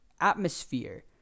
atmosphere